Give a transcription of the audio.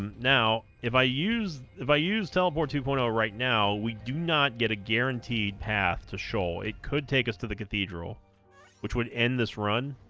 now if i use if i use teleport two point zero right now we do not get a guaranteed path to show it could take us to the cathedral which would end this run